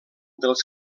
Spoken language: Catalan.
dels